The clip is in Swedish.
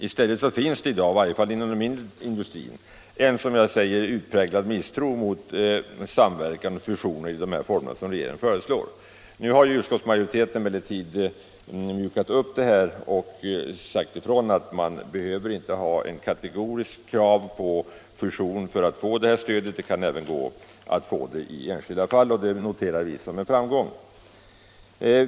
I stället finns det, som sagt, i dag, i varje fall inom den mindre industrin, en utpräglad misstro mot samverkan och fusioner i de former som regeringen föreslår. Nu har utskottsmajoriteten emellertid mjukat upp det hela och sagt ifrån att det inte är något kategoriskt fusionskrav för stödet. Man kan få det även i enskilda fall, och det noterar vi som en framgång.